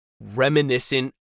reminiscent